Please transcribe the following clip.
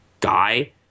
guy